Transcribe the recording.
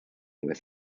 with